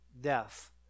death